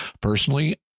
Personally